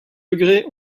degrés